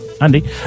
Andy